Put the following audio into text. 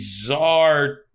bizarre